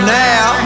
now